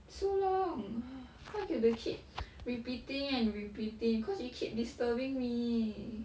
so long cause I get to keep repeating and repeating cause you keep disturbing me